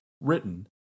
written